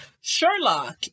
Sherlock